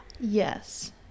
Yes